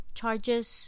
charges